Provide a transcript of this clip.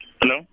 Hello